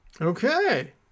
Okay